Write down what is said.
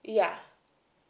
yeah